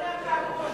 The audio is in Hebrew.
כל הכבוד.